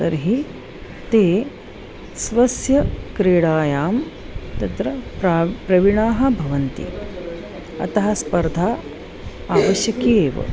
तर्हि ते स्वस्य क्रीडायां तत्र प्राव् प्रविणाः भवन्ति अतः स्पर्धा आवश्यकी एव